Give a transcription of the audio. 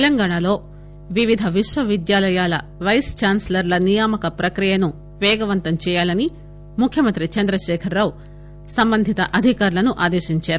తెలంగాణ లో వివిధ విశ్వవిద్యాలయాల పైస్ ఛాస్పీ లర్ల నియామక ప్రక్రియను పేగవంతం చేయాలని ముఖ్యమంత్రి చంద్రశేఖరరావు సంబంధిత అధికారులను ఆదేశించారు